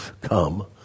come